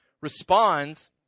responds